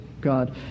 God